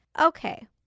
Okay